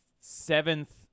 seventh